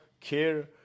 care